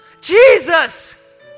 Jesus